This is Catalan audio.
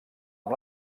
amb